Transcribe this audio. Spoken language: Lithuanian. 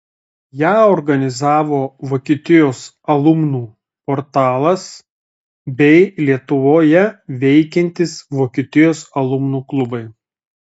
ją organizavo vokietijos alumnų portalas bei lietuvoje veikiantys vokietijos alumnų klubai